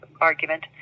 argument